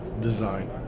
design